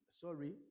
sorry